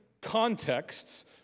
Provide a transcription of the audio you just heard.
contexts